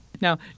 Now